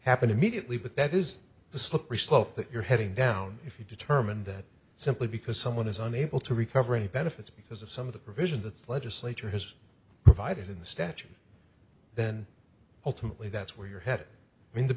happen immediately but that is the slippery slope that you're heading down if you determine that simply because someone is unable to recover any benefits because of some of the provisions that the legislature has provided in the statute then ultimately that's where your head in the